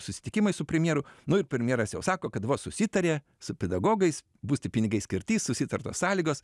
susitikimai su premjeru nu ir premjeras jau sako kad vos susitarė su pedagogais bus tie pinigai skirti susitartos sąlygos